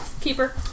Keeper